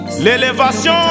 L'élévation